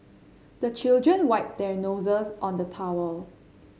the children wipe their noses on the towel